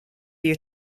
you